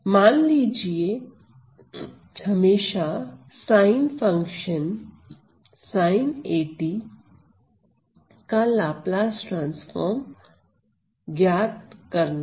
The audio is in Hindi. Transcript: मान लीजिए हमेशा साइन फंक्शन sinat का लाप्लास ट्रांसफार्म ज्ञात करना है